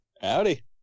Howdy